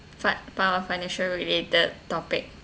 part four financial related topic